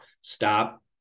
stop